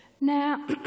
Now